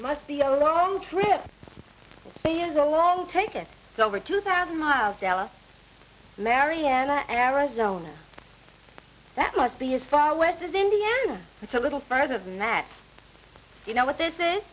must be a long trip he is all taken over two thousand miles dela mariella arizona that must be as far west as indiana it's a little further than that you know what this is